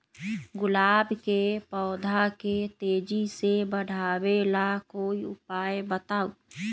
गुलाब के पौधा के तेजी से बढ़ावे ला कोई उपाये बताउ?